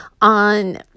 on